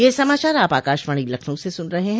ब्रे क यह समाचार आप आकाशवाणी लखनऊ से सुन रहे हैं